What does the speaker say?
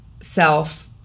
self-